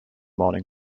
morning